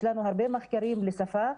יש לנו הרבה מחקרים לשפה.